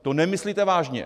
To nemyslíte vážně.